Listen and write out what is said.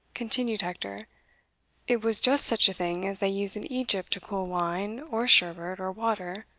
continued hector it was just such a thing as they use in egypt to cool wine, or sherbet, or water